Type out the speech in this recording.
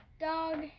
dog